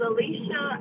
Alicia